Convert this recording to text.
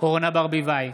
אורנה ברביבאי,